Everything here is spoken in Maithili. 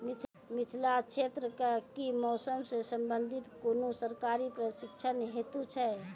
मिथिला क्षेत्रक कि मौसम से संबंधित कुनू सरकारी प्रशिक्षण हेतु छै?